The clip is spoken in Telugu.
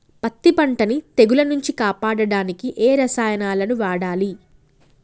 పత్తి పంటని తెగుల నుంచి కాపాడడానికి ఏ రసాయనాలను వాడాలి?